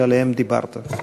שעליו דיברת.